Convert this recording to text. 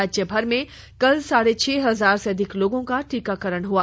राज्यभर में कल साढे छह हजार से अधिक लोगों का टीकाकरण हुआ